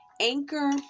Anchor